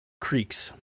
Creeks